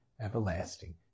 everlasting